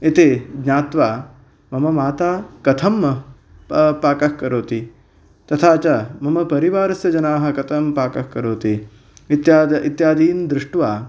इति ज्ञात्वा मम माता कथं पाकः करोति तथा च मम परिवारस्य जनाः कथं पाकः करोति इत्यादि इत्यादीन् दृष्टवा